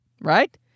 Right